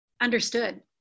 understood